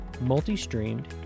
multi-streamed